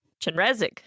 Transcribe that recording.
chenrezig